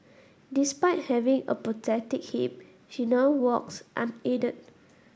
despite having a prosthetic hip she now walks unaided